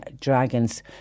dragons